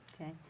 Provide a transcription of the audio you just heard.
Okay